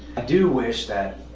i do wish that,